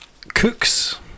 Cooks